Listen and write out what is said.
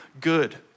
good